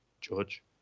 George